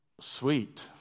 sweet